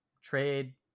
trade